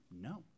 no